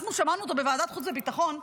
אנחנו שמענו אותו בוועדת החוץ והביטחון,